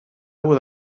will